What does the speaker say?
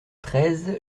treize